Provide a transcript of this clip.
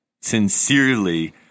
sincerely